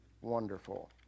wonderful